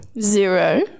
Zero